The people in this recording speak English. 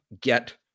get